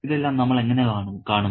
ഇതെല്ലാം നമ്മൾ എങ്ങനെ കാണുന്നു